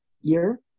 year